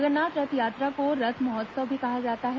जगन्नाथ रथ यात्रा को रथ महोत्सव भी कहा जाता है